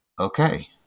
okay